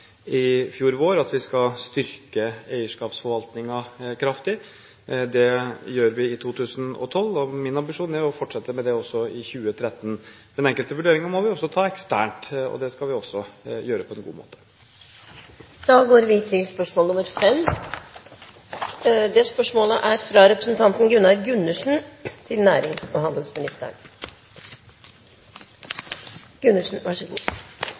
i eierskapsmeldingen i fjor vår varslet at vi skal styrke eierskapsforvaltningen kraftig. Det gjør vi i 2012, og min ambisjon er å fortsette med det også i 2013. Men enkelte vurderinger må vi også ta eksternt, og det skal vi også gjøre på en god måte.